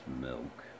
milk